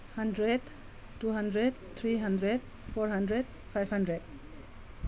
hundred two hundred three hundred four hundred five hundred